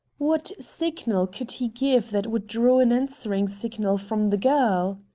what signal could he give that would draw an answering signal from the girl?